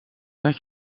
dat